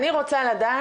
אני רוצה לדעת,